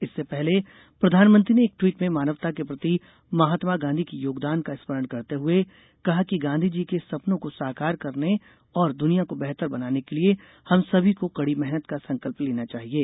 इससे पहले प्रधानमंत्री ने एक ट्वीट में मानवता के प्रति महात्मा गांधी के योगदान का स्मरण करते हुए कहा कि गांधीजी के सपनों को साकार करने और दुनिया को बेहतर बनाने के लिये हम सभी को कड़ी मेहनत का संकल्प लेना चाहिये